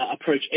approach